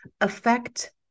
affect